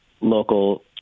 local